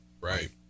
Right